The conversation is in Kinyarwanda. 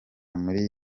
muri